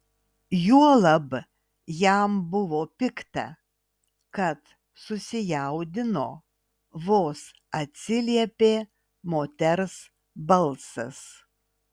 juolab jam buvo pikta kad susijaudino vos atsiliepė moters balsas